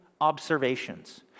observations